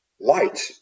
light